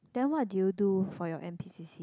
then what did you do for your n_p_c_c